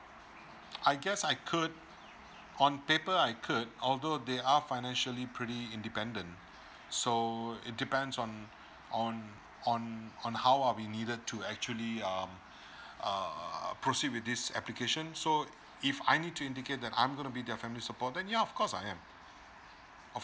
I guess i could on paper I could although they are financially pretty independent so it depends on on on on how are we needed to actually um uh proceed with this application so if I need to indicate that I'm gonna be their family support then yeah of course I am of